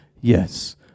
Yes